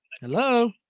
Hello